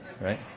Right